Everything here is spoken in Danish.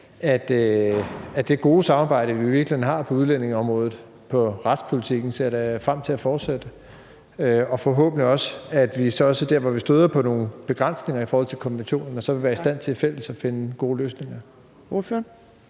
det gode samarbejde, vi jo i virkeligheden har på udlændingeområdet og retspolitikken, og håber også, at vi der, hvor vi støder på nogle begrænsninger i forhold til konventionerne, vil være i stand til fælles at finde gode løsninger.